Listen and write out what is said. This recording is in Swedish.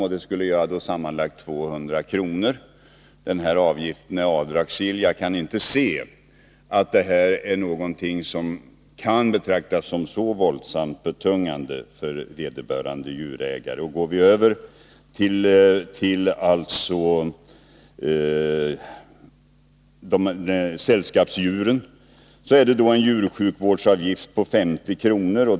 Det skulle då sammanlagt bli 200 kr. Denna avgift är avdragsgill. Jag kan alltså inte se att detta är någonting som kan betraktas som så våldsamt betungande för vederbörande djurägare. När det gäller sällskapsdjuren är det en djursjukvårdsavgift på 50 kr.